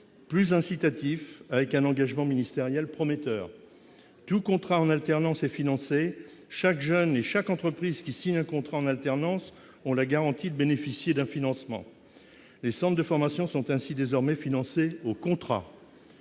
plus incitatif », avec un engagement ministériel prometteur :« Tout contrat en alternance est financé : chaque jeune et chaque entreprise qui signent un contrat en alternance ont la garantie de bénéficier d'un financement ». Les centres de formation sont ainsi désormais financés au contrat.